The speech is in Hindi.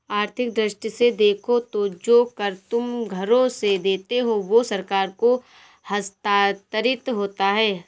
आर्थिक दृष्टि से देखो तो जो कर तुम घरों से देते हो वो सरकार को हस्तांतरित होता है